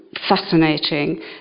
fascinating